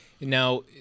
now